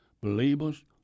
believers